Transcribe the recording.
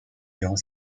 durant